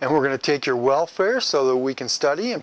and we're going to take your welfare so that we can study and